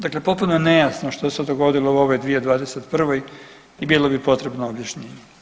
Dakle potpuno je nejasno što se dogodilo u ove 2021. i bilo bi potrebno objašnjenje.